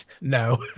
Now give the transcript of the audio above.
no